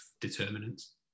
determinants